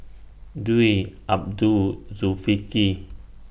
Dwi Abdul Zulkifli